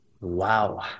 Wow